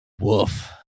woof